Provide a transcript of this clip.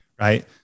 right